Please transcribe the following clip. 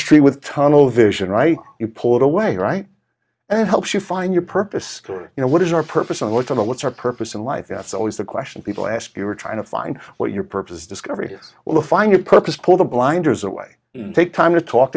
street with tunnel vision right you pull it away right and helps you find your purpose you know what is your purpose and what's in the what's our purpose in life that's always the question people ask you are trying to find what your purpose discovery is well to find your purpose pull the blinders away take time to talk